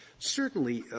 certainly,